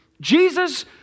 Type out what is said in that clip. Jesus